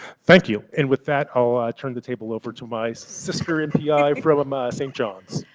thank you. and with that i'll ah turn the table over to my sister npi from ah st. john's.